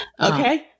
Okay